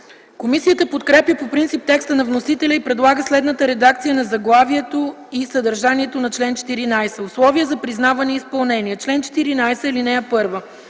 Комисията подкрепя по принцип текста на вносителя и предлага следната редакция на заглавието и съдържанието на чл. 14: „Условия за признаване и изпълнение Чл. 14.(1) Решения